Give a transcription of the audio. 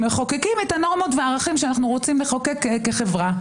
מחוקקים את הנורמות והערכים שאנחנו רוצים לחוקק כחברה.